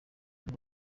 kuri